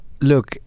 look